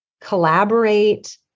collaborate